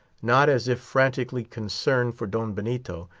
not as if frantically concerned for don benito,